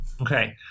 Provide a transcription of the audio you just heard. Okay